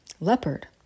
leopard